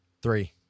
Three